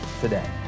today